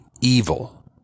evil